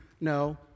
No